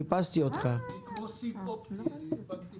מנכ"ל